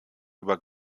über